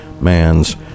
man's